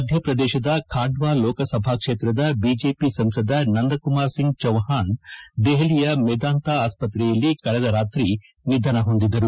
ಮಧ್ಯಪ್ರದೇಶದ ಖಾಂಡ್ನಾ ಲೋಕಸಭಾ ಕ್ಷೇತ್ರದ ಬಿಜೆಪಿ ಸಂಸದ ನಂದ ಕುಮಾರ್ ಸಿಂಗ್ ಚೌಹಾಣ್ ಅವರು ದೆಹಲಿಯ ಮೆದಾಂತ ಆಸ್ಪತೆಯಲ್ಲಿ ಕಳೆದ ರಾತ್ರಿ ನಿಧನ ಹೊಂದಿದ್ದಾರೆ